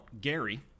Gary